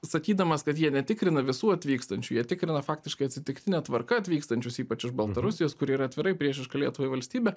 sakydamas kad jie netikrina visų atvykstančių jie tikrina faktiškai atsitiktine tvarka atvykstančius ypač iš baltarusijos kuri yra atvirai priešiška lietuvai valstybė